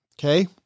Okay